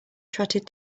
trotted